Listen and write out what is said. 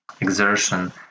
exertion